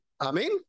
Amen